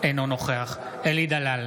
אינו נוכח אלי דלל,